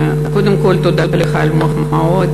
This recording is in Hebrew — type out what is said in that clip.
קודם כול תודה לך על המחמאות.